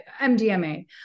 MDMA